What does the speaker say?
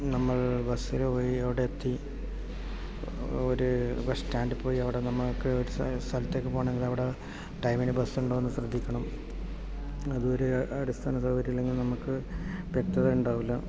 നമ്മൾ ബസ്സിൽ പോയി അവിടെയെത്തി ഒരു ബസ്റ്റാൻറ്റ് പോയി അവിടെ നമുക്ക് ഒരു സ്ഥലത്തേക്കു പോകണമെങ്കിൽ അവിടെ ടൈമിന് ബസ്സുണ്ടോയെന്ന് ശ്രദ്ധിക്കണം അതൊരു അടിസ്ഥാന സൗകര്യങ്ങൾ ഇല്ലെങ്കിൽ നമുക്ക് വ്യക്തത ഉണ്ടാകില്ല